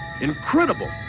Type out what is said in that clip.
Incredible